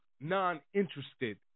non-interested